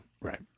Right